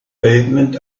movement